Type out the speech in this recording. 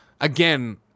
again